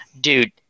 dude